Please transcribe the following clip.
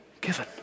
given